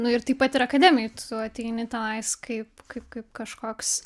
nu ir taip pat ir akademijoj tu ateini tenais kaip kaip kaip kažkoks